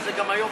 אז זה גם היום,